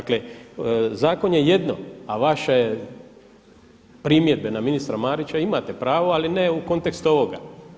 Dakle, zakon je jedno a vaše primjedbe na ministra Marića imate pravo ali ne u kontekstu ovoga.